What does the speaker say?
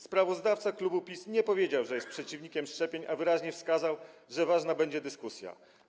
Sprawozdawca klubu PiS nie powiedział, że jest przeciwnikiem szczepień, a wyraźnie wskazał, że ważna będzie dyskusja.